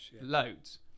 loads